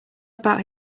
about